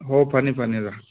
ꯍꯣ ꯐꯅꯤ ꯐꯅꯤ ꯑꯣꯖꯥ